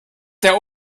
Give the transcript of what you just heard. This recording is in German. der